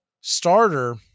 starter